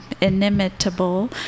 inimitable